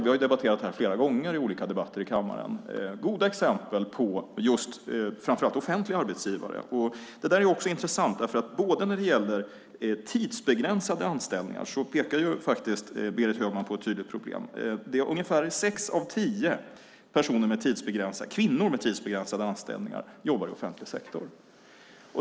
Vi har debatterat detta flera gånger i olika debatter i kammaren. Det fanns goda exempel på framför allt offentliga arbetsgivare. Det är också intressant därför att när det gäller tidsbegränsade anställningar pekar Berit Högman på ett tydligt problem. Det är ungefär sex av tio kvinnor med tidsbegränsade anställningar som jobbar i offentlig sektor.